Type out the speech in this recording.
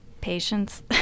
Patience